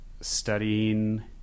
studying